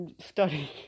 study